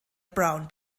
brown